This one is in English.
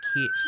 kit